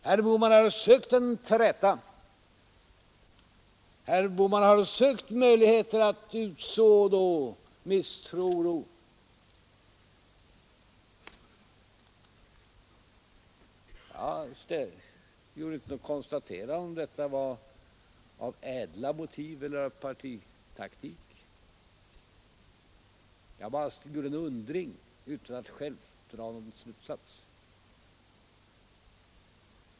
Herr Bohman har sökt en träta, sökt möjligheter att utså misstro och oro. Om han gjort det av ädla motiv eller om det är partitaktik uttalade jag mig inte om; jag uttalade bara en undran utan att själv dra någon slutsats.